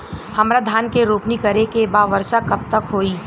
हमरा धान के रोपनी करे के बा वर्षा कब तक होई?